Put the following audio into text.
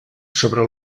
sobre